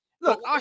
Look